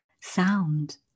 sound